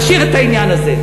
נשאיר את העניין הזה.